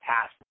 past